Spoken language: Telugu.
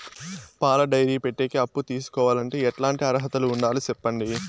పాల డైరీ పెట్టేకి అప్పు తీసుకోవాలంటే ఎట్లాంటి అర్హతలు ఉండాలి సెప్పండి?